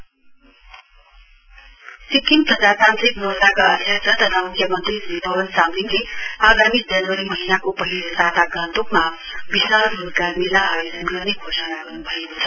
SDF Sikkim प्रजातान्त्रिक मोर्चाका अध्यक्ष तथा म्ख्यमन्त्री श्री पवन चामलिङले आगामी जनवरी महीनाको पहिलो सता गान्तोकमा विशाल गोजगार मेला आयोजित गर्ने घोषणा गर्नुभएको छ